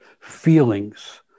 feelings